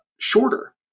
shorter